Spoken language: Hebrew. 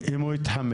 אם הוא התחמק?